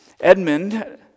Edmund